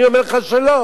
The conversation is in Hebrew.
אני אומר לך שלא,